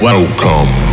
Welcome